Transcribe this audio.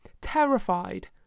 terrified